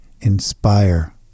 inspire